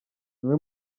niwe